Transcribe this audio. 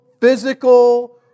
physical